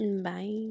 Bye